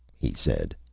he said,